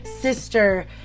sister